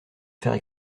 faire